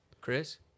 Chris